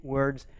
words